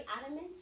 adamant